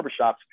barbershops